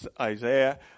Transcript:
Isaiah